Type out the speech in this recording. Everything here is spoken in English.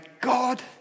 God